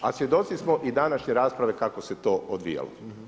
A svjedoci smo i današnje rasprave kako se to odvijalo.